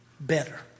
Better